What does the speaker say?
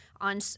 on